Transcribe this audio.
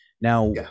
Now